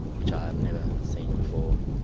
which i have never seen before.